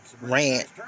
Rant